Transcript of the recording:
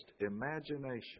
imagination